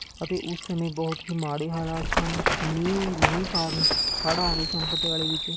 ਅਤੇ ਉਸ ਸਮੇਂ ਬਹੁਤ ਹੀ ਮਾੜੇ ਹਾਲਾਤ ਸਨ ਮੀਂਹ ਮੀਂਹ ਕਾਰਨ ਹੜ੍ਹ ਆ ਗਏ ਸਨ ਪਟਿਆਲੇ ਵਿੱਚ